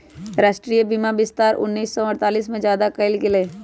राष्ट्रीय बीमा विस्तार उन्नीस सौ अडतालीस में ज्यादा कइल गई लय